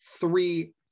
three